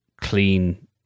clean